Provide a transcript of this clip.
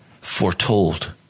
foretold